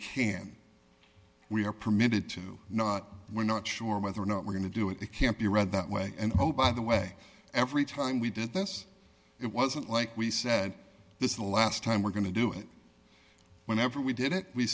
can we are permitted to know we're not sure whether or not we're going to do it it can't be read that way and oh by the way every time we did this it wasn't like we said this the last time we're going to do it whenever we did it we